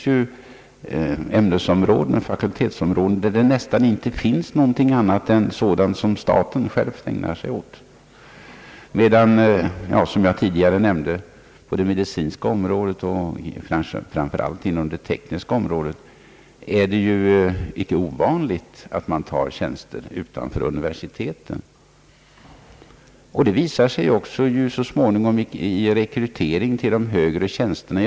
På vissa fakultetsområden finns det nästan ingen annan verksamhet än sådan som staten själv bedriver, medan det — som jag tidigare nämnde — på det medicinska och framför allt på det tekniska området inte är ovanligt att man tar tjänster utanför universiteten. Detta visar sig också så småningom vid rekryteringen till de högre tjänsterna.